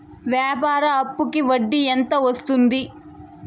వ్యాపార అప్పుకి వడ్డీ ఎంత వస్తుంది?